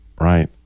right